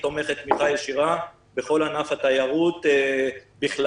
תומכת תמיכה ישירה בכל ענף התיירות בכלל,